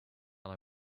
and